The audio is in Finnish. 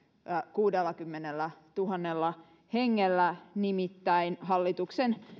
kuudellakymmenellätuhannella hengellä nimittäin hallituksen